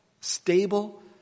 Stable